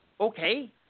okay